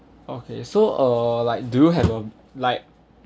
okay so uh like do you have a like